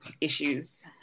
issues